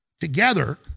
together